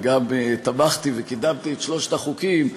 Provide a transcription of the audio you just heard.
וגם תמכתי וקידמתי את שלושת החוקים,